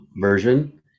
version